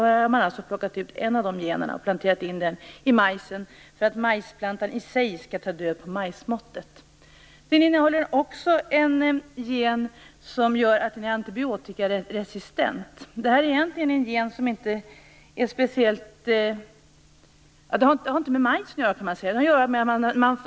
Här har man alltså plockat ut en sådan gen och planterat in den i majsen för att majsplantan i sig skall ta död på majsmotten. För det tredje innehåller majsen en gen som gör den antibiotikaresistent. Det här är egentligen en gen som inte har med majsen att göra.